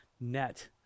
net